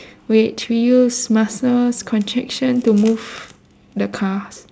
which we use muscles contraction to move the cars